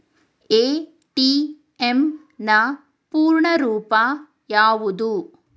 ATM ನ ಪೂರ್ಣ ರೂಪ ಯಾವುದು?